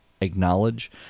acknowledge